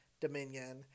Dominion